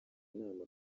inama